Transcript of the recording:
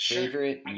Favorite